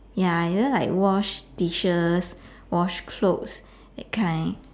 ya you know like wash dishes wash clothes that kind